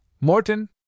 Morton